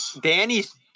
Danny's